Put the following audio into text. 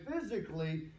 physically